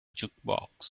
jukebox